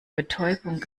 betäubung